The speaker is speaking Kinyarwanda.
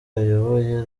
ayoboye